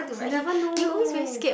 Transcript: you never know